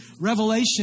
Revelation